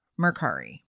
Mercari